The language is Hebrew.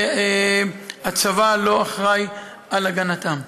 שהצבא לא אחראי להגנתם.